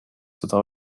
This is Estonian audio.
seda